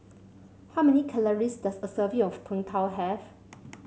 how many calories does a serving of Png Tao have